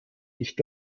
nicht